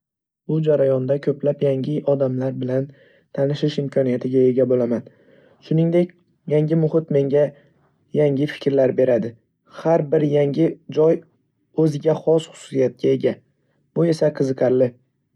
Bu jarayonda ko'plab yangi odamlar bilan tanishish imkoniyatiga ega bo'laman. Shuningdek, yangi muhit menga yangi fikrlar beradi. Har bir yangi joy o'ziga xos xususiyatlarga ega, bu esa qiziqarli.